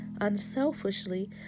unselfishly